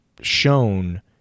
shown